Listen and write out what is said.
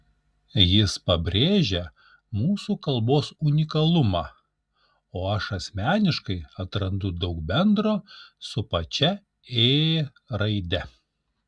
jis pabrėžia mūsų kalbos unikalumą o aš asmeniškai atrandu daug bendro su pačia ė raide